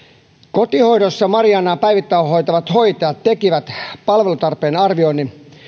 kotihoidossa mariannaa päivittäin hoitavat hoitajat tekivät palvelutarpeen arvioinnin